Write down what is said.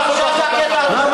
לא, אבל עכשיו זה הקטע הדרמטי.